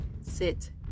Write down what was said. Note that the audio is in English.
sit